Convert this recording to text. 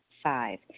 Five